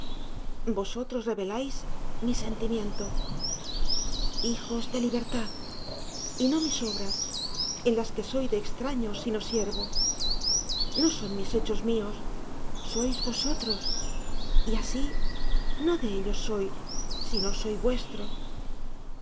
vosotros reveláis mi sentimiento hijos de libertad y no mis obras en las que soy de extraño sino siervo no son mis hechos míos sois vosotros y así no de ellos soy sino soy vuestro